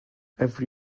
every